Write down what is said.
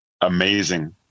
amazing